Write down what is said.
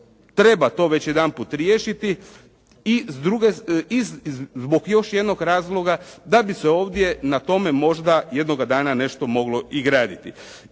treba to već jedanput riješiti i zbog još jednog razloga da bi se na tome možda jednoga dana moglo i graditi.